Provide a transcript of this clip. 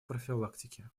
профилактики